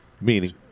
Meaning